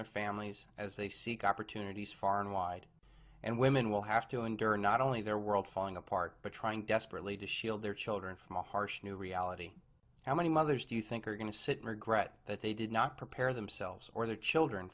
their families as they seek opportunities far and wide and women will have to endure not only their world falling apart but trying desperately to shield their children from a harsh new reality how many mothers do you think are going to sit in regret that they did not prepare themselves or their children